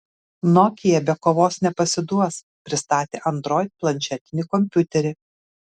nokia be kovos nepasiduos pristatė android planšetinį kompiuterį